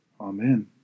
Amen